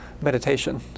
meditation